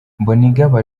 mbonigaba